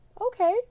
okay